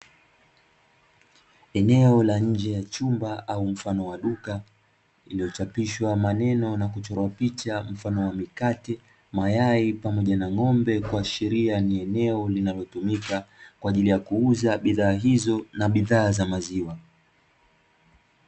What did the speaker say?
Eneo la nje chumba au mfano wa duka lililochapishwa maneno na kuchora picha mfano wa mkate, mayai pamoja na ng'ombe kuashiria ni eneo linalotumika kwa ajili ya kuuza bidhaa hizo na bidhaa za maziwa.